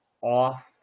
off